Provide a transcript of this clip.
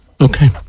Okay